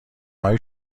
های